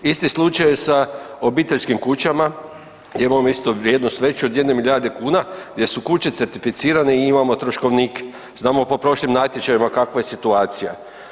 Isti slučaj je sa obiteljskim kućama gdje imamo isto vrijednost veću od 1 milijarde kuna gdje su kuće certificirane i imamo troškovnik, znamo po prošlim natječajima kakva je situacija.